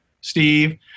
Steve